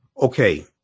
Okay